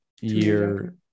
year